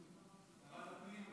שרת הפנים,